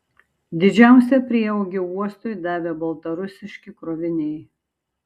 didžiausią prieaugį uostui davė baltarusiški kroviniai